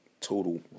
total